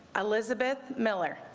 elizabeth miller